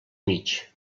mig